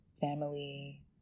family